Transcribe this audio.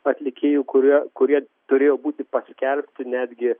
atlikėjų kurie kurie turėjo būti paskelbti netgi